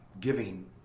giving